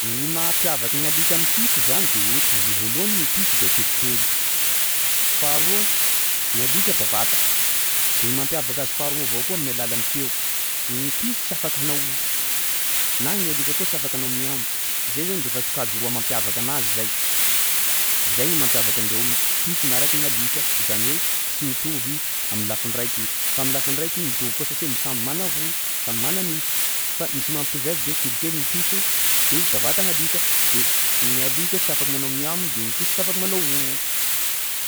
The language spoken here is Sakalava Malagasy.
Ny mampiavaka gny alika am'piso zany de eto: ny voalohany ny piso de kelikely, faharoa ny alika bavata. De ny mampiavaka azy faharoa avao koa amin'ny alalan'ny feo gny piso tsy afaka anao "hohoho" na ny alika koa tsy afaka anao "miao" zay zany de fa sokajy roa mampiavaka anazy zay, zay ny mampiavaka andreo piso miaraky gny alika zany hoe tsy mitovy am'lafiny raiky fa am'lafiny raiky mitovy koa satsia samby mana hoho, samby mana nify fa ny tsy mampitovy azy de kelikely ny piso de bavata ny alika de ny alika tsy afaka manao "miao" de ny piso tsy afaka manao "hoho"